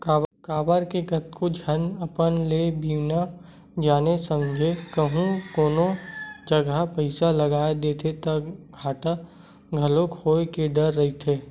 काबर के कतको झन अपन ले बिना जाने समझे कहूँ कोनो जगा पइसा लगा देथे ता घाटा घलो होय के डर रहिथे